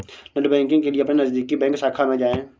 net banking के लिए अपने नजदीकी बैंक शाखा में जाए